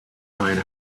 mine